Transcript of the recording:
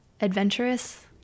adventurous